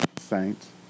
Saints